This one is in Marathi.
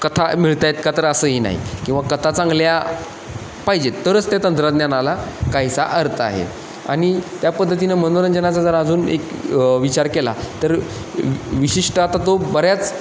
कथा मिळत आहेत का तर असंही नाही किंवा कथा चांगल्या पाहिजेत तरच त्या तंत्रज्ञानाला काहीसा अर्थ आहे आणि त्या पद्धतीनं मनोरंजनाचा जर अजून एक विचार केला तर विशिष्ट आता तो बऱ्याच